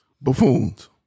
Buffoons